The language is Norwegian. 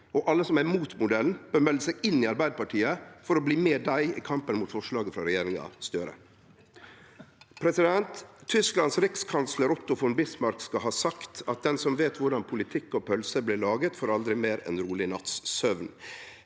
og alle som er imot modellen, bør melde seg inn i Arbeidarpartiet for å bli med dei i kampen mot framlegget frå regjeringa Støre. Tysklands rikskanslar Otto von Bismarck skal ha sagt: Den som veit korleis politikk og pølser blir laga, får aldri meir ei roleg natts søvn.